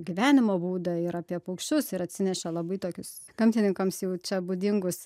gyvenimo būdą ir apie paukščius ir atsinešė labai tokius gamtininkams jau čia būdingus